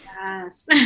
Yes